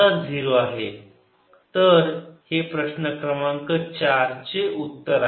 M0 B0 तर हे प्रश्न क्रमांक चारचे उत्तर आहे